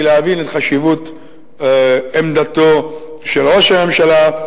להבין את חשיבות עמדתו של ראש הממשלה.